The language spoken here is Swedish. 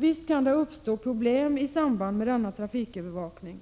Visst kan det uppstå problem i samband med denna trafikövervakning,